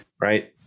right